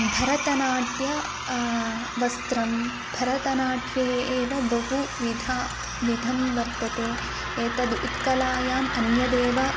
भरतनाट्यं वस्त्रं भरतनाट्ये एव बहुविधाः विधं वर्तते एतद् उत्कलायाम् अन्यदेव